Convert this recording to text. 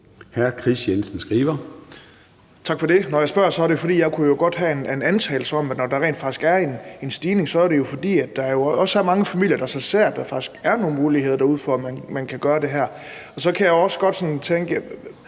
18:43 Kris Jensen Skriver (S): Tak for det. Når jeg spørger, er det, fordi jeg godt kunne have en antagelse om, at når der er en stigning, er det jo, fordi der også er mange familier, der ser, at der faktisk er nogle muligheder derude for, at man kan gøre det her. Så kan jeg også godt tænke: